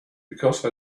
because